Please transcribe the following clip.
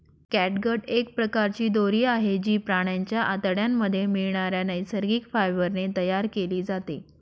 catgut एक प्रकारची दोरी आहे, जी प्राण्यांच्या आतड्यांमध्ये मिळणाऱ्या नैसर्गिक फायबर ने तयार केली जाते